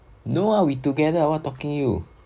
no ah we together what talking you